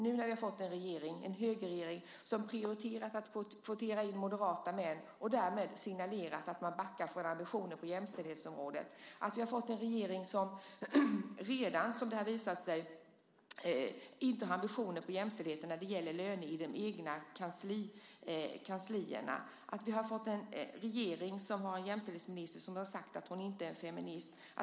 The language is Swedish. Nu har vi fått en högerregering som har prioriterat att kvotera in moderata män och därmed signalerat att man backar från ambitioner på jämställdhetsområdet. Vi har fått en regering som - det har redan visat sig - inte har ambitioner i fråga om jämställdheten när det gäller löner i de egna kanslierna. Vi har fått en regering som har en jämställdhetsminister som har sagt att hon inte är feminist.